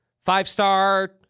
Five-star—